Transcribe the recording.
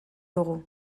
dugu